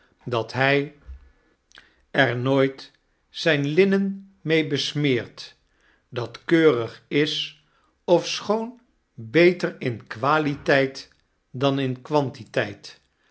dat hij er nooit zijn linnen mee besmeert dat keurig is ofschoon beter in qualiteit dan in quantiteit